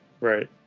right